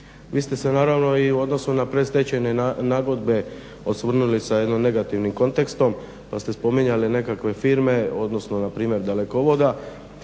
Vi ste se naravno i u odnosu na predstečajne nagodbe osvrnuli sa jednim negativnim kontekstom pa ste spominjali nekakve firme, odnosno npr. Dalekovoda,